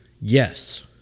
Yes